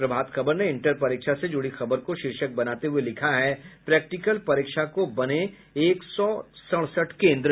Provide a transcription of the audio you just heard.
प्रभात खबर ने इंटर परीक्षा से जुड़ी खबर को शीर्षक बनाते हुये लिखा है प्रैक्टिल परीक्षा को बने एक सौ सड़सठ केन्द्र